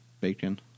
bacon